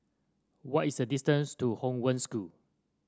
what is the distance to Hong Wen School